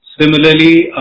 Similarly